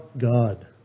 God